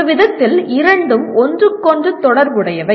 ஒருவிதத்தில் இரண்டும் ஒன்றுக்கொன்று தொடர்புடையவை